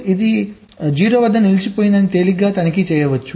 ఇది 0 వద్ద నిలిచిపోయింది అని తేలికగా తనిఖీ చేయవచ్చు